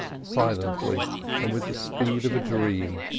silently and with the speed of a dream.